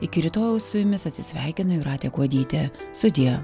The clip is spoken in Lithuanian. iki rytojaus su jumis atsisveikina jūratė kuodytė sudie